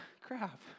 crap